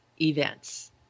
events